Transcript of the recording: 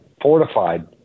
fortified